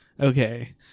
okay